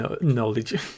knowledge